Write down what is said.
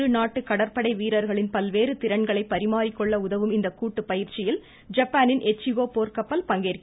இரு நாட்டு கடற்படை வீரர்களின் பல்வேறு திறன்களை பரிமாறிக்கொள்ள உதவும் இந்த கூட்டு பயிற்சியில் ஜப்பானின் எச்சிகோ போர் கப்பல் பங்கேற்கிறது